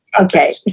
Okay